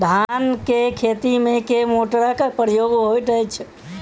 धान केँ खेती मे केँ मोटरक प्रयोग होइत अछि?